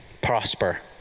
Prosper